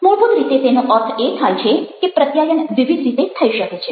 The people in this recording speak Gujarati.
મૂળભૂત રીતે તેનો અર્થ એ થાય છે કે પ્રત્યાયન વિવિધ રીતે થઈ શકે છે